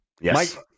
yes